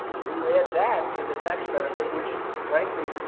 if you add that to the tax benefit, which, ah frankly,